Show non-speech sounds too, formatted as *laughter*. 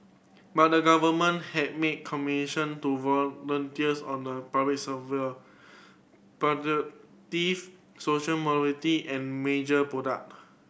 but the government have made commission to volunteers on the public *unintelligible* but the *unintelligible* social mobility and major project